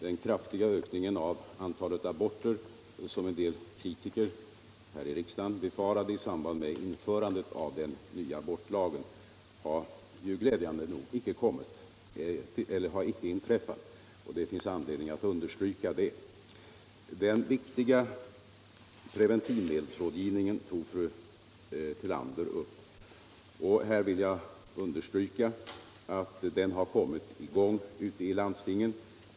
Den kraftiga ökning av antalet aborter som en del kritiker befarade i samband med införandet av den nya abortlagen har glädjande nog inte inträffat. Det finns anledning att understryka det. Den viktiga preventivmedelsrådgivningen tog fru Tillander upp. Här vill jag understryka att denna rådgivning har kommit i gång ute i landstingen.